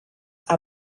are